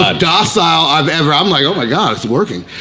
ah docile i've ever, i'm like, oh my god it's working.